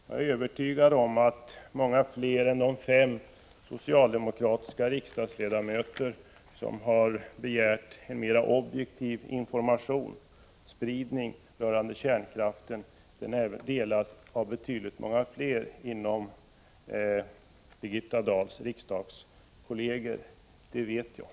Jag är övertygad om att betydligt fler av Birgitta Dahls partivänner här i riksdagen har samma uppfattning som de fem socialdemokratiska riksdagsledamöter som har begärt en mera objektiv informationsspridning rörande kärnkraften.